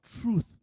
truth